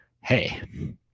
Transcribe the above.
Hey